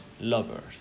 lovers